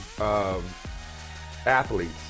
athletes